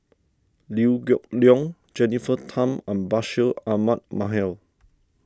Liew Geok Leong Jennifer Tham and Bashir Ahmad Mallal